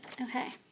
Okay